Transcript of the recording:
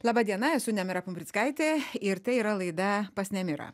laba diena esu nemira pumprickaitė ir tai yra laida pas nemirą